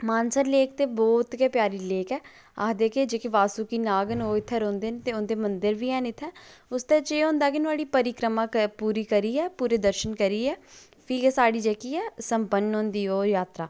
Mansar lake ते बहुत गै प्यारी लेक ऐ आखदे न कि जेह्ड़े बासुकी नाग न ओह् इत्थै रौह्ंदे न ते उंदे मन्दर बी हैन इत्थै उसतै च एह् होंदा कि नोहाड़ी परिक्रमा पूरी करियै पूरे दर्शन करियै फ्ही गै साढ़ी जेह्की ऐ संपन्न होंदी जात्तरा